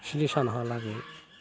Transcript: स्नि सानहालागि